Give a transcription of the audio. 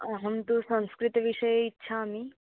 अहं तु संकृतविषये इच्छामि